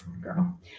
Girl